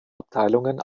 abteilungen